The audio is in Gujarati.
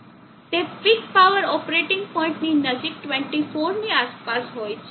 તે પીક પાવર ઓપરેટિંગ પોઇન્ટની નજીક 24 ની આસપાસ ફરતો હોય છે